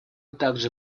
также